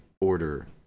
order